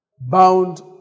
bound